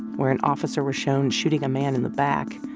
where an officer was shown shooting a man in the back.